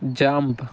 jump